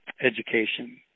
education